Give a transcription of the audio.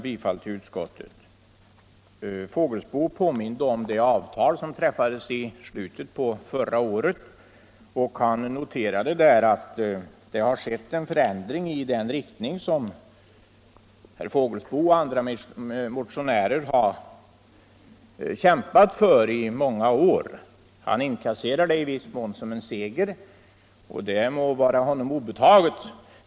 Herr Fågelsbo påminde om det avtal som träffades i slutet av förra året och noterade att det har skett en förändring i den riktning som han och andra motionärer har kämpat för i många år. Han inkasserade det i viss mån som en seger, och det må vara honom obetaget.